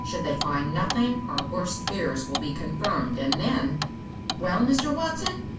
should they find nothing our worst fears will be confirmed, and then well, mr. watson?